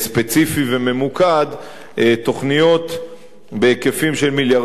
וממוקד תוכניות בהיקפים של מיליארדי שקלים,